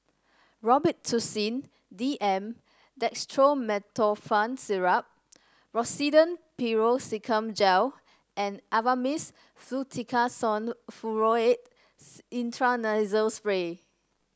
Robitussin D M Dextromethorphan Syrup Rosiden Piroxicam Gel and Avamys Fluticasone Furoate Intranasal Spray